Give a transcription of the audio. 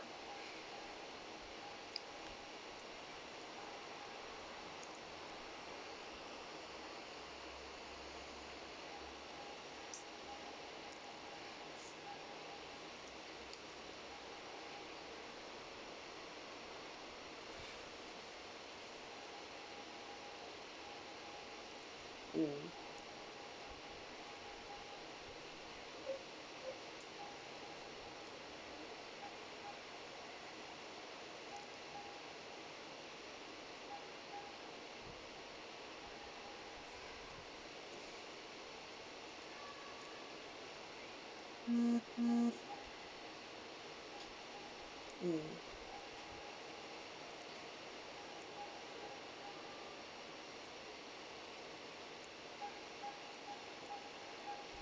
mm mm